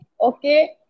Okay